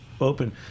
open